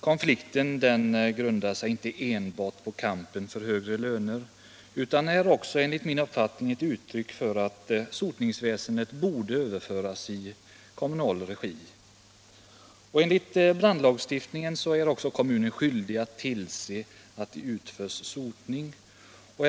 Konflikten har inte uppstått enbart på grund av kampen för högre löner utan har enligt min uppfattning också samband med kravet att sotningsväsendet bör överföras i kommunal regi. Enligt brandlagstiftningen är kommunen skyldig att tillse att sotning utförs.